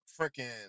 freaking